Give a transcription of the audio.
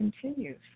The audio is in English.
continues